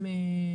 סיבים,